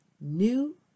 new